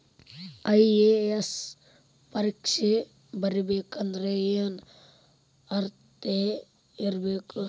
IAS ಪರೇಕ್ಷೆ ಬರಿಬೆಕಂದ್ರ ಏನ್ ಅರ್ಹತೆ ಇರ್ಬೇಕ?